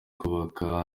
kubaka